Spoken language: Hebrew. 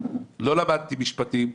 לא למדתי משפטים.